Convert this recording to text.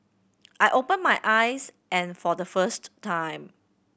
I open my eyes and for the first time